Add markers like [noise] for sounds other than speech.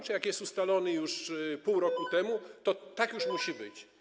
Czy jak został ustalony [noise] pół roku temu, to tak już musi być?